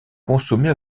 consommer